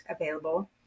available